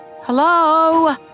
Hello